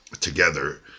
together